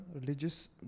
Religious